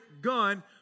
gun